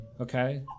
Okay